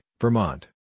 Vermont